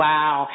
Wow